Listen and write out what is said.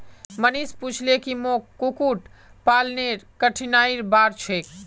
मनीष पूछले की मोक कुक्कुट पालनेर कठिनाइर बार छेक